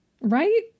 Right